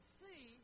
see